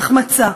החמצה,